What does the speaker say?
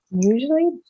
usually